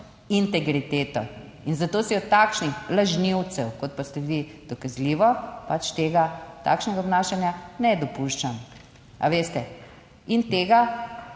integriteto in zato si od takšnih lažnivcev, kot pa ste vi, dokazljivo pač tega, takšnega obnašanja ne dopuščam, a veste. In tega,